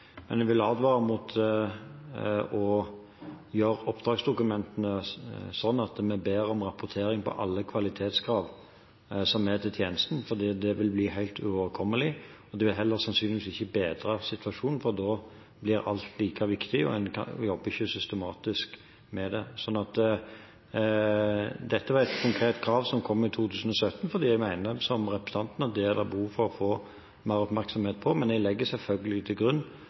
Men jeg vil advare mot å gjøre oppdragsdokumentene slik at vi ber om rapportering på alle kvalitetskrav til tjenesten, for det vil bli helt uoverkommelig. Det vil sannsynligvis heller ikke bedre situasjonen, for da blir alt like viktig, og en jobber ikke systematisk med det. Dette var et konkret krav som kom i 2017, fordi jeg mener som representanten at det er behov for mer oppmerksomhet rundt det, men jeg legger selvfølgelig til grunn